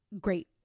great